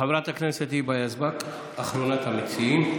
חברת הכנסת היבה יזבק, אחרונת המציעים.